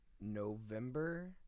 November